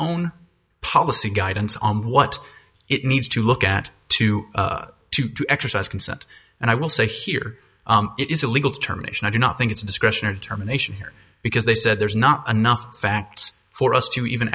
own policy guidance on what it needs to look at to to to exercise consent and i will say here it is a legal determination i do not think it's a discretion or determination here because they said there's not enough facts for us to even